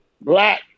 Black